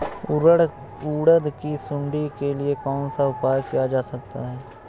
उड़द की सुंडी के लिए कौन सा उपाय किया जा सकता है?